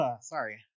Sorry